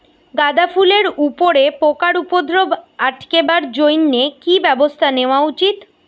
গাঁদা ফুলের উপরে পোকার উপদ্রব আটকেবার জইন্যে কি ব্যবস্থা নেওয়া উচিৎ?